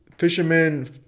Fishermen